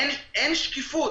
אין שקיפות.